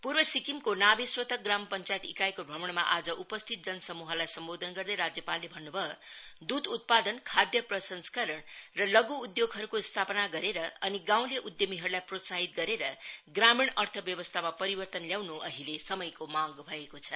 पूर्व सिक्किमको नाभे सोतक ग्राम पंचायत ईकाईको भ्रमणमा आज उपस्थित जनसमूहलाई सम्वोधन गर्दै राज्यपालले भन्नु भयो दुध उत्पाद खाद्य प्रसंस्करण र लघु उद्घोगहरुको स्थापना गरेर अनि गाउँले उद्घमीहरुलाई प्रोत्साहित गरेर ग्रामीण अर्तव्यवस्थामा परिवर्तन ल्याउनु अहिले समयको मांग भएको छ